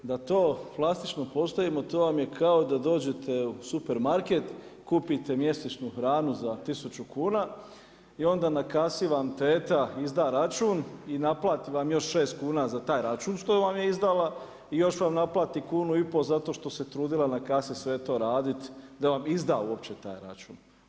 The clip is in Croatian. Da to klasično postavimo to vam je kao da dođete u supermarket kupite mjesečnu hranu za 1.000 kuna i onda na kasi vam teta izda račun i naplati još 6 kuna za taj račun što vam je izdala i još vam naplati kunu i pol što zato što se trudila na kasi sve to raditi da vam izda uopće taj račun.